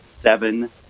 seven